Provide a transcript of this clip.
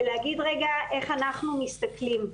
להגיד רגע איך אנחנו מתסכלים.